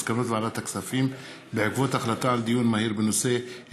מסקנות ועדת הכספים בעקבות דיון מהיר בהצעתם